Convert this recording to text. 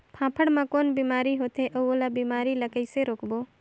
फाफण मा कौन बीमारी होथे अउ ओला बीमारी ला कइसे रोकबो?